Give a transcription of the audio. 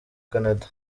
canada